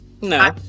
No